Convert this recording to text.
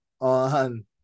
on